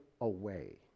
away